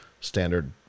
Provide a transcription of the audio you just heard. standard